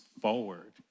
forward